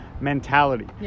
mentality